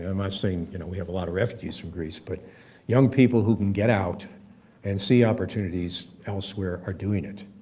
i'm not ah saying you know we have a lot of refugees from greece, but young people who can get out and see opportunities elsewhere are doing it.